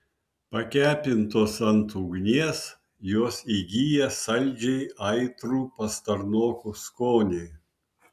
pakepintos ant ugnies jos įgyja saldžiai aitrų pastarnokų skonį